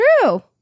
true